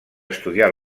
estudiar